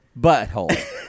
butthole